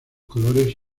colores